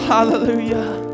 Hallelujah